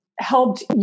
helped